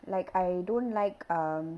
like I don't like um